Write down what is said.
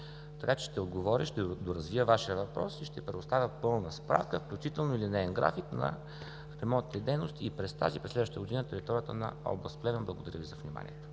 Така че ще отговоря на Вашия въпрос, ще предоставя пълна справка, включително линеен график на ремонтните дейности и през тази, и през следващата година на територията на област Плевен. Благодаря Ви за вниманието.